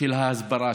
של ההסברה,